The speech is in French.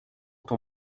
ton